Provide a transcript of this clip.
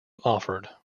offered